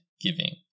giving